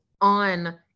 on